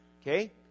Okay